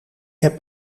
heb